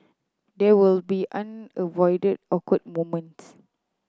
there will be awkward moments